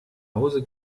hause